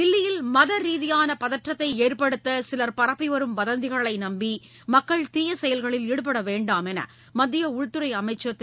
தில்லியில் மத ரீதியான பதற்றத்தை ஏற்படுத்த சிலர் பரப்பி வரும் வதந்திகளை நம்பி மக்கள் தீய செயல்களில் ஈடுபட வேண்டாம் என மத்திய உள்துறை அமைச்சர் திரு